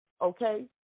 okay